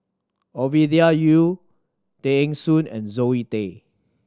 Ovidia Yu Tay Eng Soon and Zoe Tay